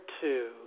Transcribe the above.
two